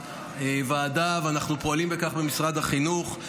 הוועדה ואנחנו פועלים לכך במשרד החינוך.